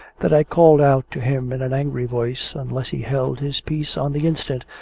that i called out to him in an angry voice, unless he held his peace on the instant,